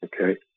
okay